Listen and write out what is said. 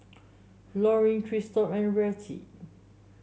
Lorin Christop and Rettie